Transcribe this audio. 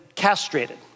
castrated